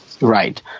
Right